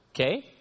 Okay